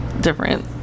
different